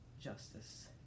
justice